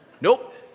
Nope